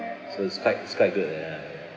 so it's quite it's quite good ah ya